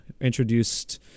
introduced